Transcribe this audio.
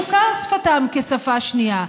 תוכר שפתם כשפה שנייה.